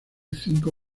cinco